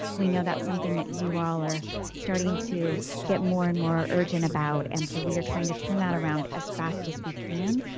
we know that's something that you all are starting to get more and more urgent about. and so, we are trying to turn that around as fast as we can,